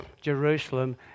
Jerusalem